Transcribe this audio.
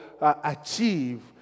achieve